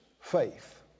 faith